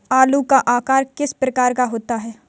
आलू का आकार किस प्रकार का होता है?